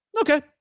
Okay